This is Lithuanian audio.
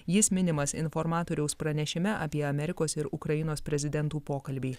jis minimas informatoriaus pranešime apie amerikos ir ukrainos prezidentų pokalbį